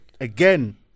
again